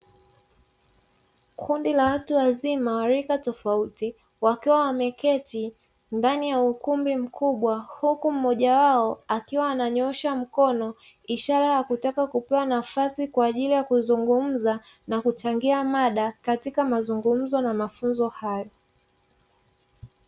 Kundi la watu wazima wa rika tofauti, wakiwa wameketi ndani ya ukumbi mkubwa, huku mmoja wao akiwa ananyoosha mkono ishara ya kutaka kupewa nafasi kwa ajili ya kuzungumza na kuchangia mada katika mazungumzo na mafunzo hayo.